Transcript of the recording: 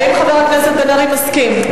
האם חבר הכנסת בן-ארי מסכים?